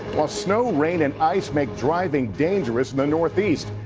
plus snow, rain and ice make driving dangerous in the northeast.